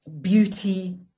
beauty